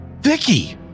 Vicky